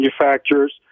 manufacturers